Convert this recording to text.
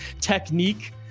technique